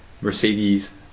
Mercedes